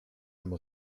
homme